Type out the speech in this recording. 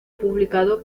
publicado